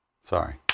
Sorry